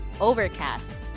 Overcast